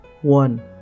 One